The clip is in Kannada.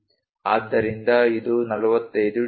ಆದ್ದರಿಂದ ಇದು 45 ಡಿಗ್ರಿ